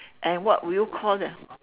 and what would you call them